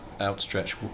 outstretched